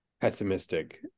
pessimistic